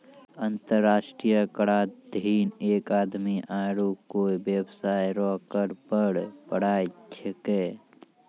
अंतर्राष्ट्रीय कराधीन एक आदमी आरू कोय बेबसाय रो कर पर पढ़ाय छैकै